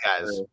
guys